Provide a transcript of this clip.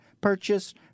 purchase